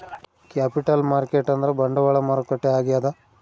capital market ಅಂದ್ರ ಬಂಡವಾಳ ಮಾರುಕಟ್ಟೆ ಆಗ್ಯಾದ